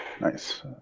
Nice